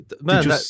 man